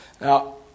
Now